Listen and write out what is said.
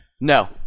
No